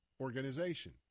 organization